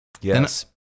Yes